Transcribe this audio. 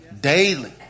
daily